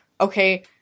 Okay